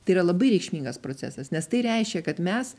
tai yra labai reikšmingas procesas nes tai reiškia kad mes